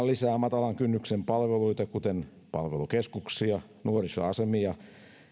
lisää matalan kynnyksen palveluita kuten palvelukeskuksia nuorisoasemia ja